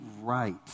right